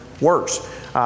works